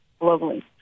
globally